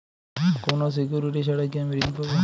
কোনো সিকুরিটি ছাড়া কি আমি ঋণ পাবো?